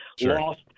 lost